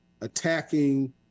attacking